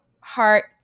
heart